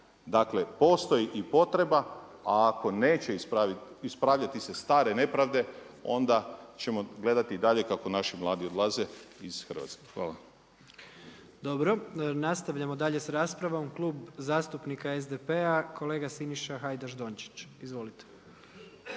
Dakle postoji potreba, a ako neće ispravljati se stare nepravde onda ćemo gledati i dalje kako naši mladi odlaze iz Hrvatske. Hvala. **Jandroković, Gordan (HDZ)** Dobro. Nastavljamo dalje s raspravom. Klub zastupnika SDP-a kolega Siniša Hajdaš Dončić. Izvolite.